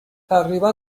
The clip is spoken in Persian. تقریبا